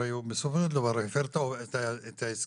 בסופו של דבר הוא הפר את ההסכם